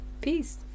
Peace